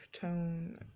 tone